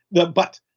the but,